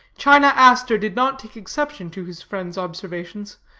china aster did not take exception to his friend's observations,